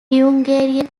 hungarian